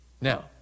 Now